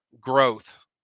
growth